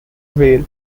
vale